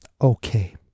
Okay